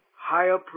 higher